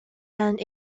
and